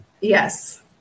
Yes